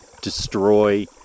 destroy